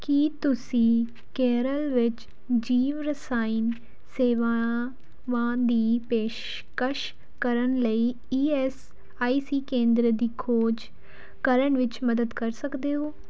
ਕੀ ਤੁਸੀਂ ਕੇਰਲ ਵਿੱਚ ਜੀਵ ਰਸਾਇਣ ਸੇਵਾਵਾਂ ਦੀ ਪੇਸ਼ਕਸ਼ ਕਰਨ ਵਾਲੇ ਈ ਐਸ ਆਈ ਸੀ ਕੇਂਦਰਾਂ ਦੀ ਖੋਜ ਕਰਨ ਵਿੱਚ ਮਦਦ ਕਰ ਸਕਦੇ ਹੋ